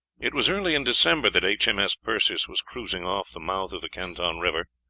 it was early in december that h. m. s. perseus was cruising off the mouth of the canton river.